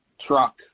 truck